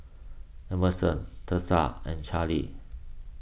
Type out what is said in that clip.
Emerson Tessa and Charly